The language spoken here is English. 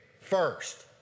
first